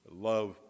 love